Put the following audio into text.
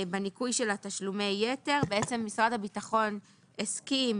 בניכוי של תשלומי היתר משרד הביטחון הסכים